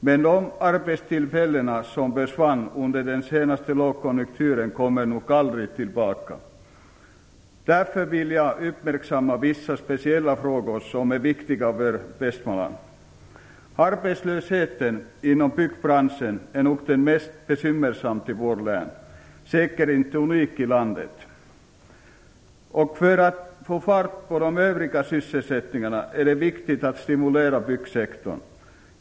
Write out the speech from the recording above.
Men de arbetstillfällen som försvann under den senaste lågkonjunkturen kommer nog aldrig tillbaka. Därför vill jag uppmärksamma vissa speciella frågor, som är viktiga för Västmanland. Arbetslösheten inom byggbranschen är nog det mest bekymmersamma i vårt län - säkert inte unikt i landet. För att man skall få fart på övrig sysselsättning är det viktigt att stimulera byggsektorn.